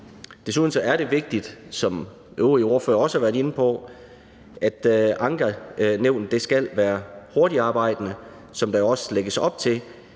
Desuden er det vigtigt, som øvrige ordførere også har været inde på, at ankenævnet skal være hurtigtarbejdende, hvilket der jo også lægges op til.